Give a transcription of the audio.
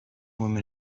woman